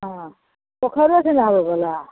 हँ पोखरिओ छै नहा बला